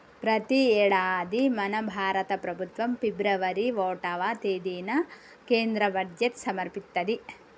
ప్రతి యేడాది మన భారత ప్రభుత్వం ఫిబ్రవరి ఓటవ తేదిన కేంద్ర బడ్జెట్ సమర్పిత్తది